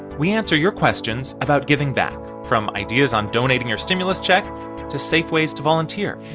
we answer your questions about giving back, from ideas on donating your stimulus check to safe ways to volunteer